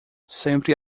sempre